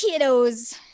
kiddos